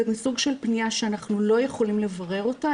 זה סוג של פניה שאנחנו לא יכולים לברר אותה,